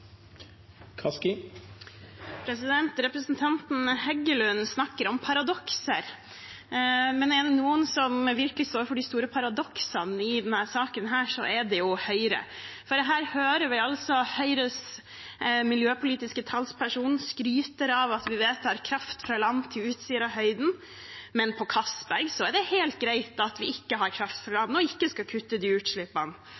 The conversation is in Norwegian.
det noen som virkelig står for de store paradoksene i denne saken, er det jo Høyre. Vi hører altså Høyres miljøpolitiske talsperson skryte av at vi vedtar kraft fra land til Utsirahøyden, men på Castberg er det helt greit at vi ikke har